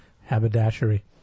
Haberdashery